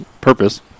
purpose